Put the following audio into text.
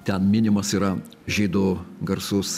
ten minimas yra žydų garsus